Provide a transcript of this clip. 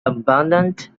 abundant